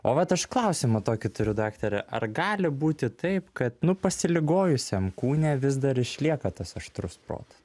o vat aš klausimą tokį turiu daktare ar gali būti taip kad nu pasiligojusiam kūne vis dar išlieka tas aštrus protas